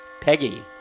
Peggy